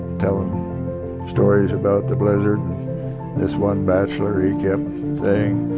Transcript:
tellin' stories about the blizzard, and this one bachelor he kept saying,